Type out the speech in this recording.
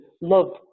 love